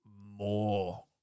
more